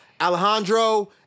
Alejandro